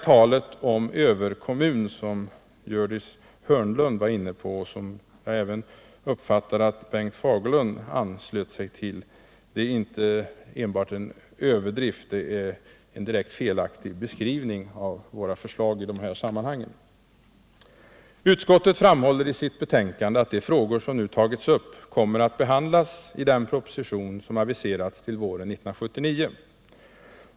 Talet om en överkommun, som Gördis Hörnlund var inne på och som jag uppfattade att Bengt Fagerlund anslöt sig till, är inte enbart en överdrift utan en direkt felaktig beskrivning av våra förslag i de här sammanhangen. Utskottet framhåller i sitt betänkande att de frågor som nu tagits upp kommer att behandlas i den proposition som aviserats till våren 1979.